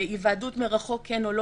בהיוועדות מרחוק כן או לא,